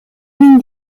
lignes